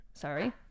Sorry